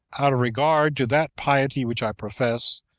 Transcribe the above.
out of regard to that piety which i profess,